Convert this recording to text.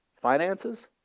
Finances